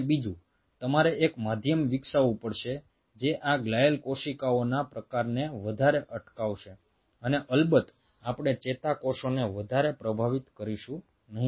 બીજું તમારે એક માધ્યમ વિકસાવવું પડશે જે આ ગ્લિઅલ કોશિકાઓના પ્રસારને વધારે અટકાવશે અને અલબત્ત આપણે ચેતાકોષોને વધારે પ્રભાવિત કરીશું નહીં